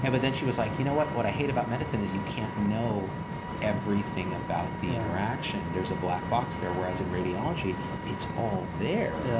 then she was like, you know what what i hate about medicine is you can't know everything about the interaction. there's a black box there. whereas in radiology it's all there.